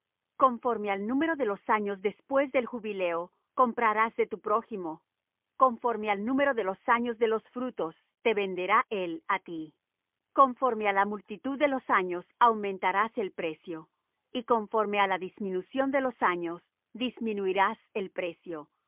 conforme al número de los años después del jubileo comprarás de tu prójimo conforme al número de los años de los frutos te venderá él á ti conforme á la multitud de los años aumentarás el precio y conforme á la disminución de los años disminuirás el precio